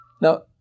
Now